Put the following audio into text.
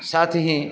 साथ ही